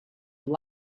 have